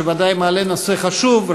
שוודאי מעלה נושא חשוב,